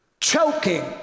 choking